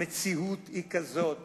המציאות היא כזאת